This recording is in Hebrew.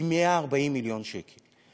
היא 140 מיליון שקל,